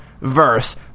verse